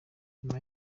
nyuma